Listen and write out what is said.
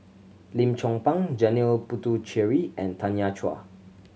Lim Chong Pang Janil Puthucheary and Tanya Chua